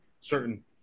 certain